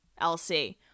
LC